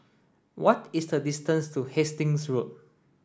what is the distance to Hastings Road